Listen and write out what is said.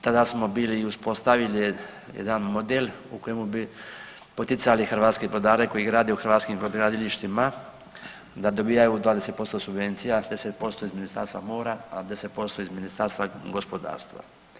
Tada smo bili i uspostavili jedan model u kojemu bi poticali hrvatske brodare koji grade u hrvatskim brodogradilištima da dobijaju 20% subvencija, 10% iz Ministarstva mora, a 10% iz Ministarstva gospodarstva.